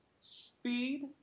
Speed